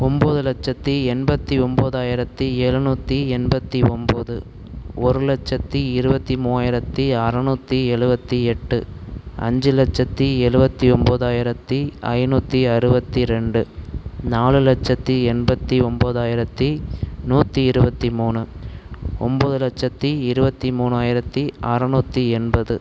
ஒம்பது லட்சத்தி எண்பத்தி ஒம்பதாயிரத்தி இரநூத்தி எண்பத்தி ஒம்பது ஒரு லட்சத்தி இருபத்தி மூவாயிரத்தி அறுநூத்தி எழுபத்தி எட்டு அஞ்சு லட்சத்தி எழுபத்தி ஒம்பதாயிரத்தி ஐந்நூத்தி அறுபத்தி ரெண்டு நாலு லட்சத்தி எண்பத்தி ஒம்பதாயிரத்தி நூற்றி இருபத்தி மூணு ஒம்பது லட்சத்தி இருபத்தி மூணாயிரத்தி அறுநூத்தி எண்பது